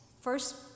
First